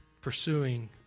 pursuing